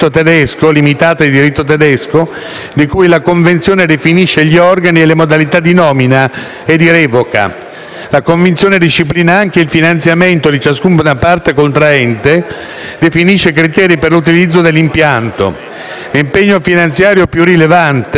di cui la Convenzione definisce gli organi e le modalità di nomina e di revoca. La Convenzione disciplina anche il finanziamento di ciascuna parte contraente e definisce i criteri per l'utilizzo dell'impianto. L'impegno finanziario più rilevante è ovviamente sostenuto dalla Germania,